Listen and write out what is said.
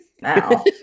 now